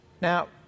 Now